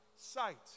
sight